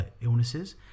illnesses